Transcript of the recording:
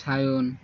Sayan